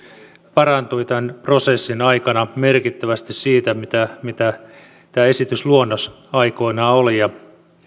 parantui tämän prosessin aikana merkittävästi siitä mitä mitä tämä esitysluonnos aikoinaan oli ja